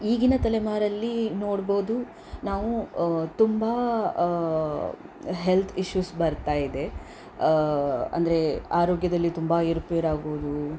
ಈಗಿನ ತಲೆಮಾರಲ್ಲಿ ನೋಡ್ಬೋದು ನಾವು ತುಂಬ ಹೆಲ್ತ್ ಇಷ್ಯೂಸ್ ಬರ್ತಾಯಿದೆ ಅಂದರೆ ಆರೋಗ್ಯದಲ್ಲಿ ತುಂಬ ಏರುಪೇರಾಗುವುದು